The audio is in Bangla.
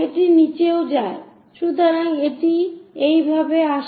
সুতরাং এটি এই ভাবে আসে